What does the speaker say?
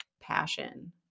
passion